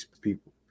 people